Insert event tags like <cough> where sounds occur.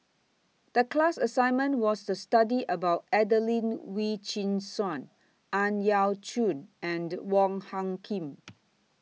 The class assignment was to study about Adelene Wee Chin Suan Ang Yau Choon and The Wong Hung Khim <noise>